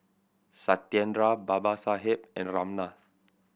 Satyendra Babasaheb and Ramnath